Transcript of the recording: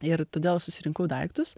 ir todėl susirinkau daiktus